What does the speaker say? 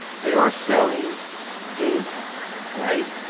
they are selling game paths, right?